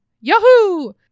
Yahoo